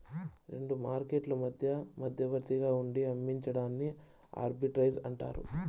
రెండు మార్కెట్లు మధ్య మధ్యవర్తిగా ఉండి అమ్మించడాన్ని ఆర్బిట్రేజ్ అంటారు